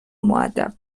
مودب